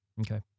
Okay